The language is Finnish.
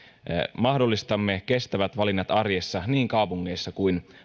mahdollistamme kestävät valinnat arjessa niin kaupungeissa kuin